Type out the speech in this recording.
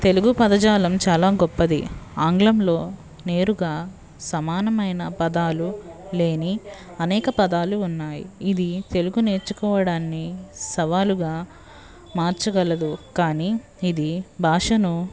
తెలుగు పదజాలం చాల గొప్పది ఆంగ్లంలో నేరుగా సమానమైన పదాలు లేని అనేక పదాలు ఉన్నాయి ఇది తెలుగు నేర్చుకోవడాన్ని సవాలుగా మార్చకలదు కాని ఇది భాషను